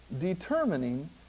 determining